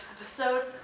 episode